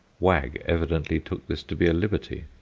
wag evidently took this to be a liberty.